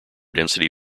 density